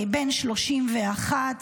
בן 31,